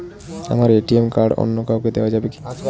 আমার ATM card অন্য কাউকে দেওয়া যাবে কি?